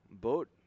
boat